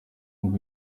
ngo